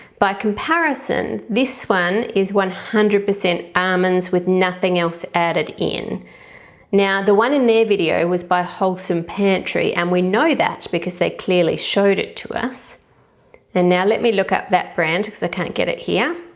by comparison this one is one hundred percent almonds with nothing else added in now the one in their video was buy wholesome pantry and we know that because they clearly showed it to us and now let me look up that brand because i can't get it here.